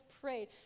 prayed